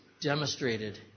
demonstrated